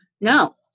No